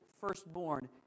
firstborn